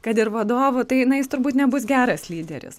kad ir vadovų tai na jis turbūt nebus geras lyderis